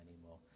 anymore